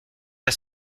pas